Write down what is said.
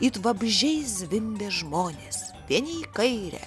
it vabzdžiai zvimbė žmonės vieni į kairę